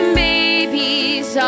babies